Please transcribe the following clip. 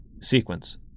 sequence